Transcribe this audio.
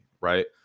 right